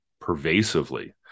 pervasively